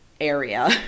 area